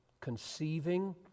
conceiving